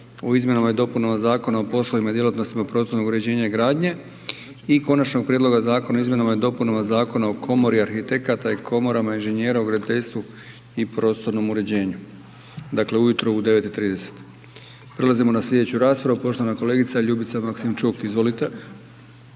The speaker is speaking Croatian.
o izmjenama i dopunama Zakona o poslovima i djelatnostima prostornog uređenja i gradnje i Konačnog prijedloga Zakona o izmjenama i dopunama Zakona o komori arhitekata i Komorama inženjera u graditeljstvu i prostornom uređenju, dakle ujutro u 9,30. Prelazimo na slijedeću raspravu, poštovana kolegica Ljubica Maksimčuk, izvolite.